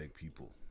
people